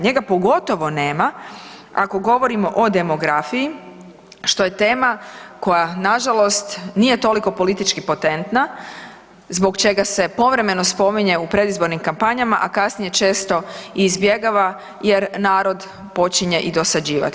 Njega pogotovo nema, ako govorimo o demografiji, što je tema koja nažalost nije toliko politički potentna zbog čega se povremeno spominje u predizbornim kampanjama a kasnije često i izbjegava jer narod počinje i dosađivati.